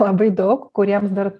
labai daug kuriems dar